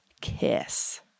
kiss